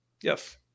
Yes